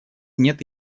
нет